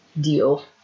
deal